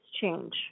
change